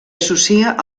associa